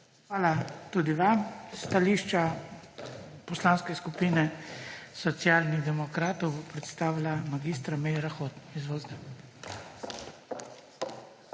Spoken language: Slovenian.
Hvala tudi vam. Stališče Poslanske skupine Socialnih demokratov bo predstavila mag. Meira Hot. Izvolite.